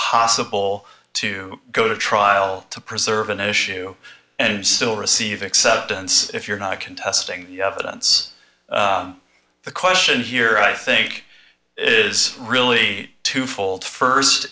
possible to go to trial to preserve an issue and still receive acceptance if you're not contesting evidence the question here i think is really twofold